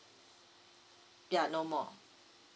ya no more